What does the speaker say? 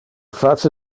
face